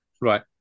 Right